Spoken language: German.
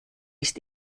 ist